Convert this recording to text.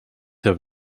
have